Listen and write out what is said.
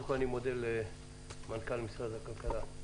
ראשית, אני מודה למנכ"ל משרד הכלכלה.